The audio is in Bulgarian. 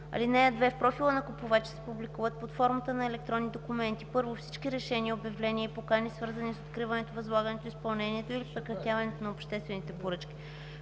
(2) В профила на купувача се публикуват под формата на електронни документи: 1. всички решения, обявления и покани, свързани с откриването, възлагането, изпълнението и прекратяването на обществените поръчки;